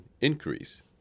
increase